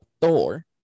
Thor